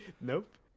Nope